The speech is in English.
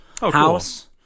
house